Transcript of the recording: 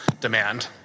demand